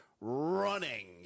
running